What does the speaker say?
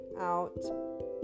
out